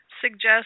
suggest